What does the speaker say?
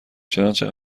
چنانچه